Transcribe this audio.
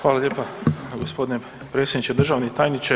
Hvala lijepa gospodine potpredsjedniče, državni tajniče.